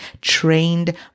trained